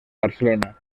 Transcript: barcelona